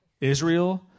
Israel